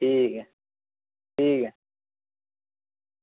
ठीक ऐ ठीक ऐ